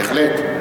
בהחלט.